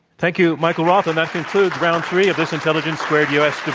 thank you, michael roth. and that concludes round three of this intelligence squared u. s.